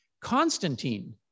Constantine